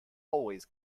always